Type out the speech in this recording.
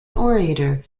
orator